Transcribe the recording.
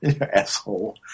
asshole